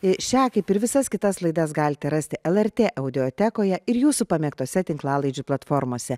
šią kaip ir visas kitas laidas galite rasti lrt audiotekoje ir jūsų pamėgtose tinklalaidžių platformose